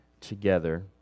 together